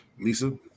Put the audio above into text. Lisa